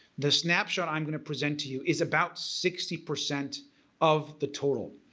the snapshot i'm gonna present to you, is about sixty percent of the total.